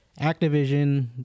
Activision